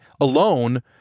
alone